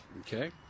Okay